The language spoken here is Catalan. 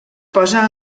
posa